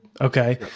Okay